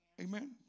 Amen